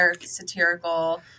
satirical